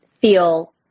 feel